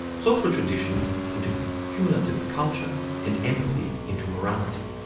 social traditions into cumulative culture, and empathy into morality.